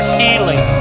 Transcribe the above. healing